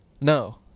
No